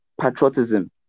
patriotism